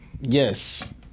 yes